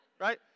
Right